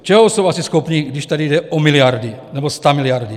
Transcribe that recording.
Čeho jsou asi schopni, když tady jde o miliardy nebo stamiliardy?